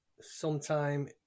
Sometime